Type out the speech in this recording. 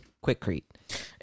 quick-crete